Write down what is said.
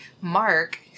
Mark